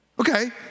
Okay